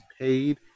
paid